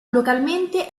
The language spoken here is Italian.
localmente